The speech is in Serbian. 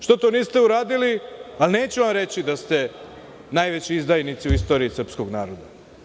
Što to niste uradili, a neću vam reći da ste najveći izdajnici u istoriji srpskog naroda.